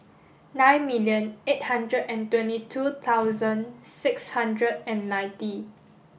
nine million eight hundred and twenty two thousand six hundred and ninety